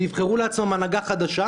ויבחרו לעצמם הנהגה חדשה,